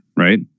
Right